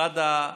אחד